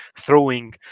throwing